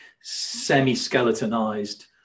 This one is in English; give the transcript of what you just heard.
semi-skeletonized